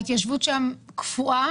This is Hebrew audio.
ההתיישבות קפואה